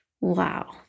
Wow